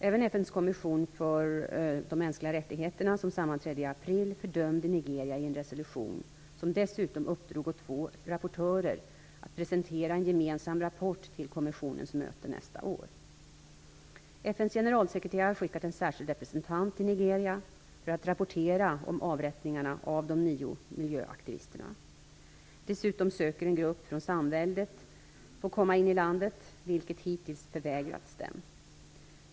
Även FN:s kommission för mänskliga rättigheter, som sammanträdde i april, fördömde Nigeria i en resolution, vilken dessutom uppdrog åt två rapportörer att presentera en gemensam rapport till kommissionens möte nästa år. FN:s generalsekreterare har skickat en särskild representant till Nigeria för att rapportera om avrättningarna av de nio miljöaktivisterna. Dessutom söker en grupp från Samväldet få komma in i landet, vilket de hittills förvägrats.